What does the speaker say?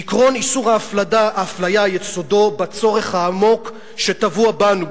עקרון איסור האפליה יסודו בצורך העמוק הטבוע בנו,